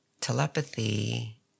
telepathy